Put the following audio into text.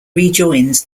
rejoins